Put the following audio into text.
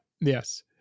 Yes